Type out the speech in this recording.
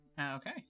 Okay